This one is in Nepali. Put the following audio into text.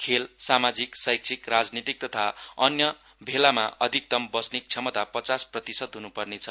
खेल सामाजिक शैक्षिक राजनितिक तथा अन्य भेलामा अधिक्तम बस्ने क्षमता पचास प्रतिशत हुनुपर्नेछ